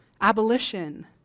abolition